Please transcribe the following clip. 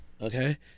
okay